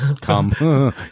Come